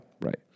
Right